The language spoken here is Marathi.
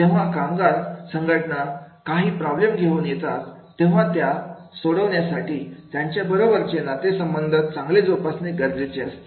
जेव्हा कामगार संघटना काही प्रॉब्लेम घेऊन येतात तेव्हा त्या सोडविण्यासाठी त्यांच्या बरोबरचे नातेसंबंध चांगले जोपासणे गरजेचे असते